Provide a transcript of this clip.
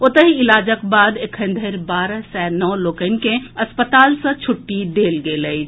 ओतहि इलाजक बाद एखनधरि बारह सय नओ लोकनि के अस्पताल सँ छुट्टी देल गेल अछि